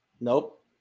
nope